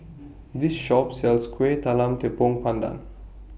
This Shop sells Kuih Talam Tepong Pandan